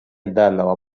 данного